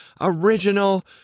original